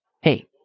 Hey